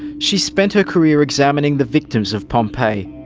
she's spent her career examining the victims of pompeii,